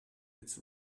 its